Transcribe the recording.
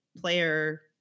player